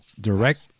direct